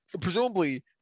presumably